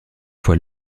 fois